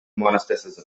monasticism